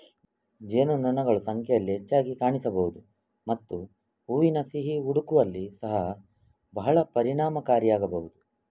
ಜೇನುನೊಣಗಳು ಸಂಖ್ಯೆಯಲ್ಲಿ ಹೆಚ್ಚಾಗಿ ಕಾಣಿಸಬಹುದು ಮತ್ತು ಹೂವಿನ ಸಿಹಿ ಹುಡುಕುವಲ್ಲಿ ಸಹ ಬಹಳ ಪರಿಣಾಮಕಾರಿಯಾಗಬಹುದು